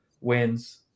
wins